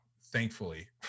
thankfully